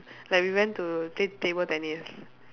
like we went to play table tennis